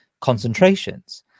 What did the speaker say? concentrations